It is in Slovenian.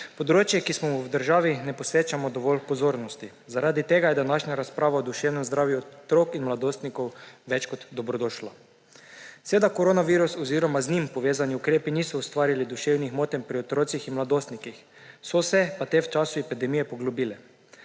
Področje, ki mu v državi ne posvečamo dovolj pozornosti, zaradi tega je današnja razprava o duševnem zdravju otrok in mladostnikov več kot dobrodošla. Seveda koronavirus oziroma z njim povezani ukrepi niso ustvarili duševnih motenj pri otrocih in mladostniki, so se pa te v času epidemije poglobile.